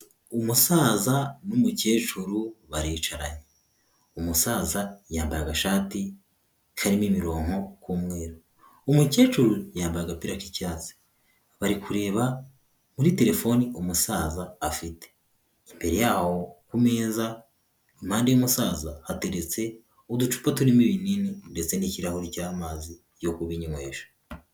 Umusaza n'umukecuru baricaranye. Umusaza yambaye agashati karimo imironko k'umweru. Umukecuru yambaye agapira k'icyatsi. Bari kureba muri telefoni umusaza afite. Imbere yaho ku meza impande y'umusaza, hateretse uducupa turimo ibinini, ndetse n'kirahuri cy'amazi, yo kubinywesha.